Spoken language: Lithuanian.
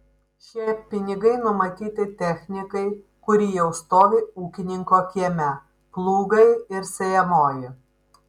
šie pinigai numatyti technikai kuri jau stovi ūkininko kieme plūgai ir sėjamoji